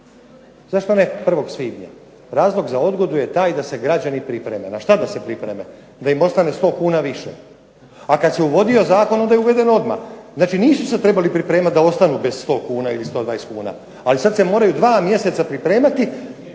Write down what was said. Zašto ne 1. svibnja? Razlog za odgodu je taj da se građani pripreme. Na šta da se pripreme? Da im ostane 100 kuna više. A kad se uvodio zakon onda je uveden odmah. Znači nisu se trebali pripremati da ostanu bez 100 kuna ili 120 kuna. Ali sad se moraju 2 mjeseca pripremati